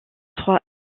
trois